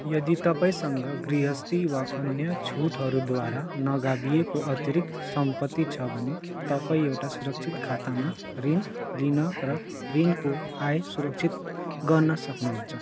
यदि तपाईँँसँग गृहस्थी वा अन्य छुटहरूद्वारा नगाभिएको अतिरिक्त सम्पत्ति छ भने तपाईँँ एउटा सुरक्षित खातामा ऋण लिन र ऋणको आय सुरक्षित गर्न सक्नुहुन्छ